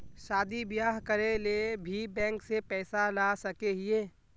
शादी बियाह करे ले भी बैंक से पैसा ला सके हिये?